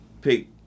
pick